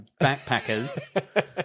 backpackers